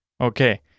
Okay